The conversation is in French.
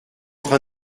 train